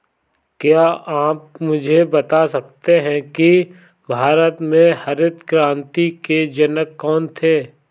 क्या आप मुझे बता सकते हैं कि भारत में हरित क्रांति के जनक कौन थे?